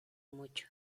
mucho